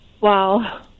Wow